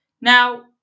Now